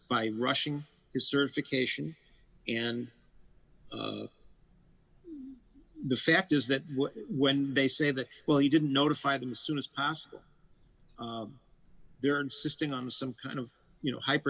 by rushing his certification and the fact is that when they say that well he didn't notify them as soon as possible they're insisting on some kind of you know hyper